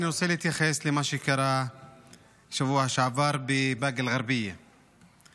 אני רוצה להתייחס למה שקרה בשבוע שעבר בבאקה אל-גרבייה,